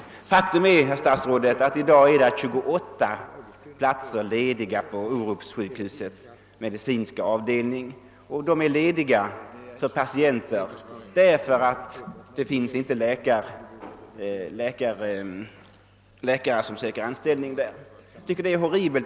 Faktum är, herr statsråd, att det i dag är 28 platser lediga på Orupssjukhusets medicinska avdelning på grund av att det inte finns sökande till läkartjänsterna där.